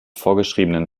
vorgeschriebenen